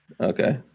Okay